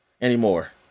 anymore